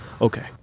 Okay